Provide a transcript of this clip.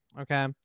okay